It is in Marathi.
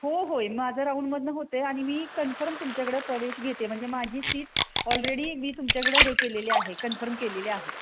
हो होय माझं राऊंडमधनं होत आहे आणि मी कन्फर्म तुमच्याकडं प्रवेश घेते म्हणजे माझी सीट ऑलरेडी मी तुमच्याकडं हे केलेली आहे कन्फर्म केलेली आहे